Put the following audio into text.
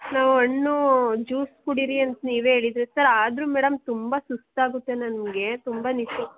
ಹಾಂ ಹಣ್ಣು ಜ್ಯೂಸ್ ಕುಡೀರಿ ಅಂತ ನೀವೇ ಹೇಳಿದ್ದಿರಿ ಸರ್ ಆದರು ಮೇಡಮ್ ತುಂಬಾ ಸುಸ್ತು ಆಗುತ್ತೆ ನನಗೆ ತುಂಬಾ ನಿದ್ದೆ